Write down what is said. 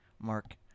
Mark